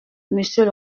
monsieur